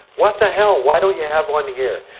what the hell, why don't you have one here?